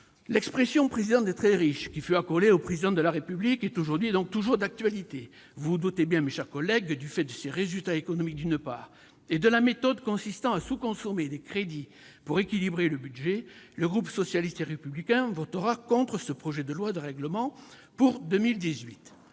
L'expression « président des très riches » qui fut accolée au Président de la République est donc aujourd'hui toujours d'actualité. Vous vous en doutez bien, mes chers collègues, d'une part, du fait de ces résultats économiques, d'autre part, en raison de la méthode consistant à sous-consommer des crédits pour équilibrer le budget, le groupe socialiste et républicain votera contre ce projet de loi de règlement pour 2018